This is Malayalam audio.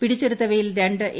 പിടിച്ചെടുത്തവയിൽ രണ്ട് എ